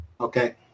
Okay